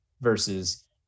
versus